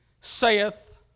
saith